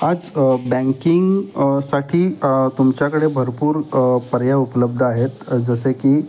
आज बँकिंगसाठी तुमच्याकडे भरपूर पर्याय उपलब्ध आहेत जसे की